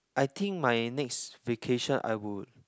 I think my next vacation I would